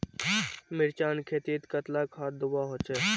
मिर्चान खेतीत कतला खाद दूबा होचे?